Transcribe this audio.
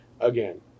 Again